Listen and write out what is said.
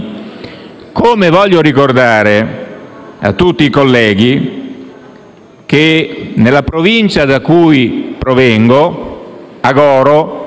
modo, voglio ricordare a tutti i colleghi che nella Provincia da cui provengo c'è Goro,